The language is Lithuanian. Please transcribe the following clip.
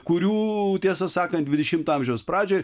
kurių tiesą sakant dvidešimto amžiaus pradžioj